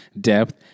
depth